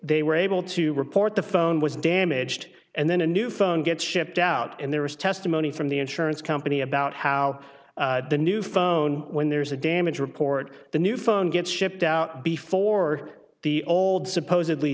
they were able to report the phone was damaged and then a new phone gets shipped out and there was testimony from the insurance company about how the new phone when there's a damage report the new phone gets shipped out before the old supposedly